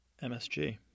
msg